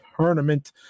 tournament